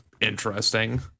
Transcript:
interesting